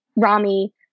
Rami